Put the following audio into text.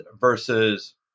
versus